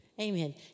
Amen